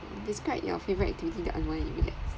describe your favourite activity that unwind relax